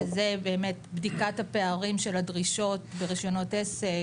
שזה באמת בדיקת הפערים של הדרישות ברישיונות עסק,